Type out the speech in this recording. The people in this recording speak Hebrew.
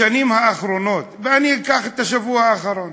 בשנים האחרונות, ואני אקח את השבוע האחרון.